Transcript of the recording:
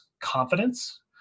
confidence